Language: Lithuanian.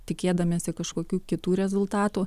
tikėdamiesi kažkokių kitų rezultatų